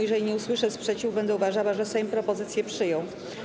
Jeżeli nie usłyszę sprzeciwu, będę uważała, że Sejm propozycję przyjął.